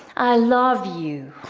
i love you.